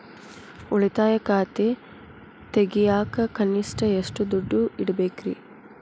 ಉಳಿತಾಯ ಖಾತೆ ತೆಗಿಯಾಕ ಕನಿಷ್ಟ ಎಷ್ಟು ದುಡ್ಡು ಇಡಬೇಕ್ರಿ?